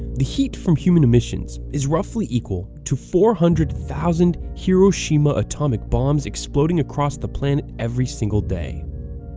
the heat from human emissions is roughly equal to four hundred thousand hiroshima atomic bombs exploding across the planet every single day.